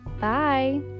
Bye